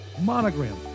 Monogram